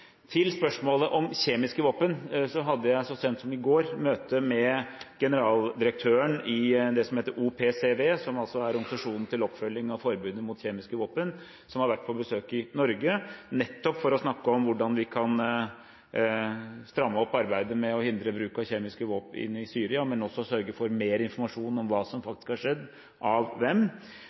Til spørsmålet om kjemiske våpen: Jeg hadde så sent som i går møte med generaldirektøren i det som heter OPCW, som altså er organisasjonen til oppfølging av forbudet mot kjemiske våpen, som har vært på besøk i Norge nettopp for å snakke om hvordan vi skal stramme opp arbeidet med å hindre bruk av kjemiske våpen i Syria og sørge for mer informasjon om hva som faktisk er gjort av hvem.